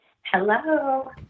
Hello